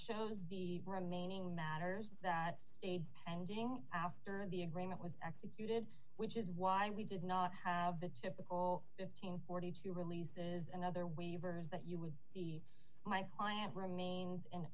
shows the remaining matters that stayed pending after the agreement was executed which is why we did not have the typical forty two releases and other waivers that you would see my client remains